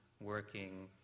working